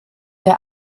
der